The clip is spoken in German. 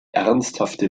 ernsthafte